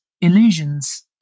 illusions